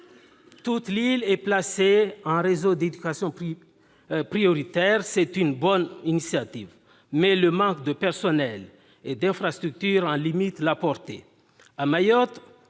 Toute l'île est placée en réseaux d'éducation prioritaire. C'est une bonne initiative, mais le manque de personnels et d'infrastructures en limite la portée.